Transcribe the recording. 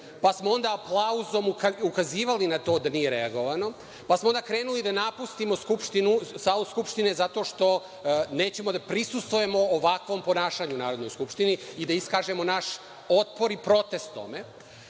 pa smo onda aplauzom ukazivali na to da nije reagovano, pa smo onda krenuli da napustimo salu Skupštine, zato što nećemo da prisustvujemo ovakvom ponašanju u Narodnoj skupštini i da iskažemo naš otpor i protest ovde,